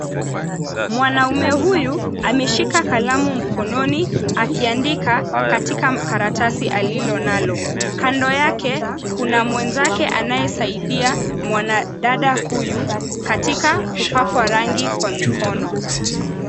Mwanaume huyu ameshika kalamu mkononi akiandika katika karatasi alilonalo. Kando yake kuna mwenzake anayemsaidia mwanadada huyu katika kupakwa rangi kwa mkono.